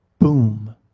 Boom